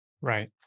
Right